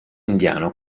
indiano